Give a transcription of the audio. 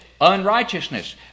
unrighteousness